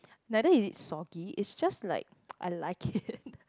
neither is it soggy it's just like I like it